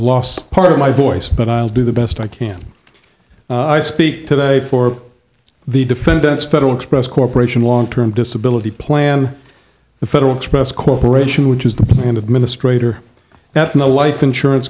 lost part of my voice but i'll do the best i can i speak today for the defendants federal express corporation long term disability plan the federal express corporation which is the end administrator at the life insurance